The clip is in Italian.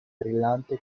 brillante